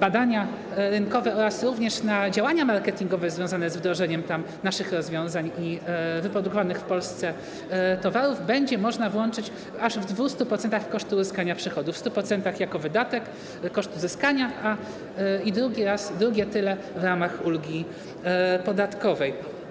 badania rynkowe oraz na działania marketingowe związane z wdrożeniem tam naszych rozwiązań i wprowadzeniem wyprodukowanych w Polsce towarów, będzie można włączyć aż w 200% w koszty uzyskania przychodów: w 100% jako wydatek, koszt uzyskania, a drugie tyle - w ramach ulgi podatkowej.